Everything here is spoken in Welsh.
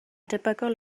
debygol